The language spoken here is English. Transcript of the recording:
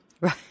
Right